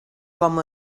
com